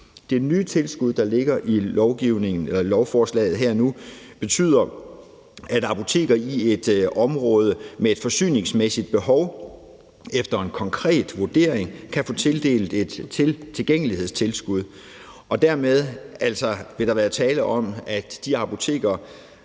Det nye tilskud, der ligger i lovforslaget her og nu, betyder, at apoteker i et område med et forsyningsmæssigt behov efter en konkret vurdering kan få tildelt et tilgængelighedstilskud, og dermed vil der være tale om, at der